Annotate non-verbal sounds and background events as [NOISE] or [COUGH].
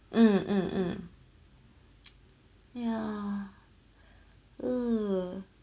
mm mm mm [NOISE] yeah mm